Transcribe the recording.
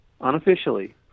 unofficially